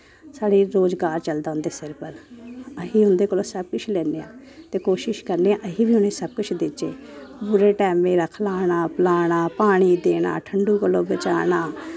साढ़े रोज़गार चलदा उंदे सिर पर अस उंदे कोला सब किश लैन्ने आं ते कोशिश करने आं अस बी उनेई सब कुछ देच्चै पूरे टैमे दा खलाना पलैना पानी देना ठण्डू कोला बचाना